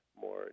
more